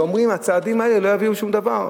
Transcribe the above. ואומרים: הצעדים האלה לא יביאו שום דבר,